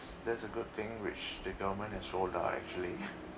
that's a good thing which the government has rolled out actually